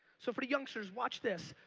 so for youngsters, watch this.